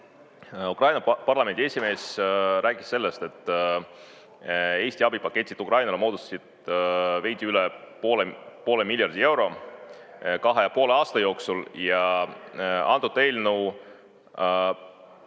Ukraina parlamendi esimees rääkis sellest, et Eesti abipaketid Ukrainale moodustasid veidi üle poole miljardi euro kahe ja poole aasta jooksul. Antud eelnõu